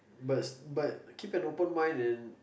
bus but keep an open mind and